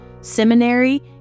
seminary